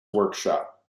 workshop